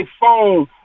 phone